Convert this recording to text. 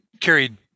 carried